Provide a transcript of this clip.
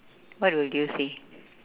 what would you say